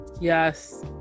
yes